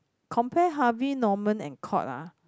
compare Harvey Norman and Courts ah